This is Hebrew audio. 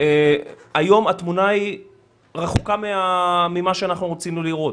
היום התמונה היא רחוקה ממה שאנחנו רצינו לראות.